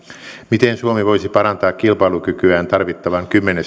miten suomi voisi parantaa kilpailukykyään tarvittavat kymmenen